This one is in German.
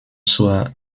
zur